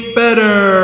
better